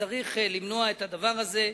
וצריך למנוע את הדבר הזה.